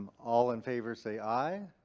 all in favor say, aye.